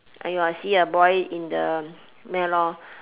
!aiyo! I see a boy in the there lor